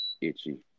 Itchy